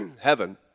heaven